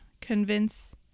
convince